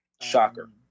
Shocker